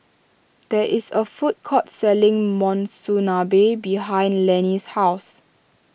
there is a food court selling Monsunabe behind Lennie's house